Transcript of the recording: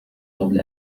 قبل